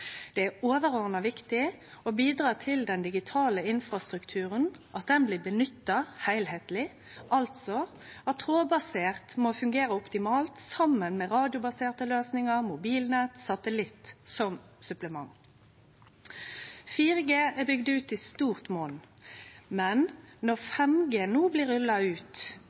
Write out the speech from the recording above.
Det er overordna viktig å bidra til at den digitale infrastrukturen blir nytta heilskapleg, altså at det trådbaserte må fungere optimalt saman med radiobaserte løysingar, mobilnett og satellitt som supplement. 4G er bygd ut i stort monn, men når 5G no blir rulla ut,